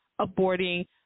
aborting